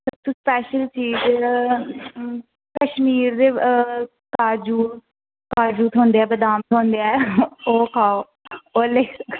सबतूं स्पेशल चीज़ कश्मीर दे काजू काजू थ्होंदे ऐ बदाम थ्होंदे ऐ ओह् खाओ ओह् लेई